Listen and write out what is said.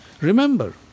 Remember